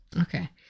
Okay